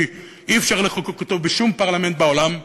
כי אי-אפשר לחוקק אותו בשום פרלמנט בעולם,